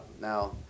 Now